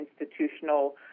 institutional